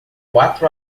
quatro